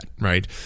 right